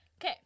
Okay